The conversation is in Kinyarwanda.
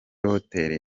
hoteli